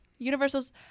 universals